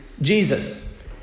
Jesus